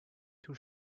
too